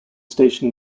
station